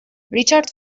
richard